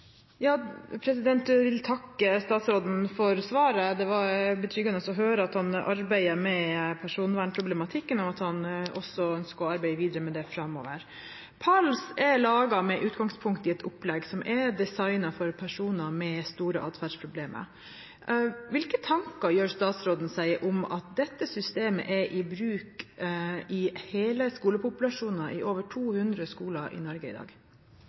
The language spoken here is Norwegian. Jeg vil takke statsråden for svaret. Det var betryggende å høre at han arbeider med personvernproblematikken, og at han også skal arbeide videre med det framover. PALS er laget med utgangspunkt i et opplegg som er designet for personer med store adferdsproblemer. Hvilke tanker gjør statsråden seg om at dette systemet er i bruk i hele skolepopulasjonen i over 200 skoler i Norge i dag?